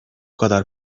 kadar